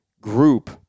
group